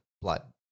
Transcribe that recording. blood